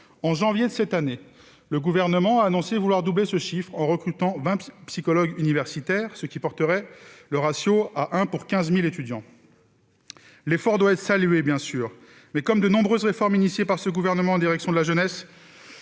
En janvier dernier, le Gouvernement a annoncé vouloir doubler ce chiffre, en recrutant 80 psychologues universitaires, portant ainsi le ratio à 1 psychologue pour 15 000 étudiants. Cet effort doit être salué, bien sûr, mais comme de nombreuses réformes entreprises par ce gouvernement en direction de la jeunesse,